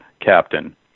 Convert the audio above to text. Captain